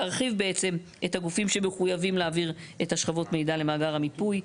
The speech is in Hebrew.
להרחיב בעצם את הגופים שמחויבים להעביר את שכבות המידע למאגר המיפוי.